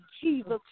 Jesus